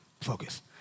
Focus